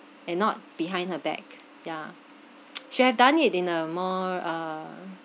and not behind her back ya should have done it in a more uh